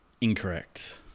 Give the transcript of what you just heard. Incorrect